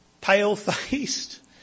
Pale-faced